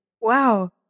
Wow